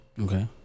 okay